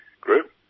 Group